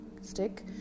stick